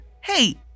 hey